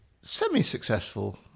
semi-successful